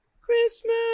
Christmas